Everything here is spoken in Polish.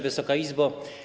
Wysoka Izbo!